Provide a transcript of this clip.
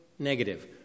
Negative